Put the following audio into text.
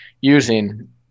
using